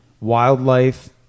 wildlife